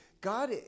God